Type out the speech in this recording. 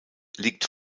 liegt